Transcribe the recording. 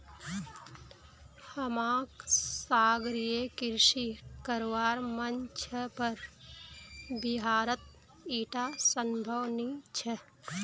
हमाक सागरीय कृषि करवार मन छ पर बिहारत ईटा संभव नी छ